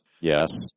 Yes